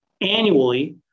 annually